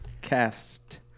cast